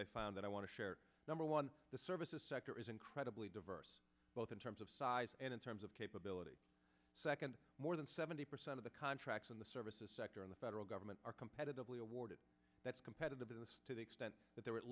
they found that i want to share number one the services sector is incredibly diverse both in terms of size and in terms of capability second more than seventy percent of the contracts in the services sector in the federal government are competitively awarded that's competitive business to the extent that there a